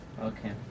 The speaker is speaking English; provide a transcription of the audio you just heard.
okay